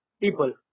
People